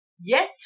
yes